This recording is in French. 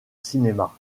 cinéma